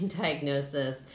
diagnosis